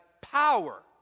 power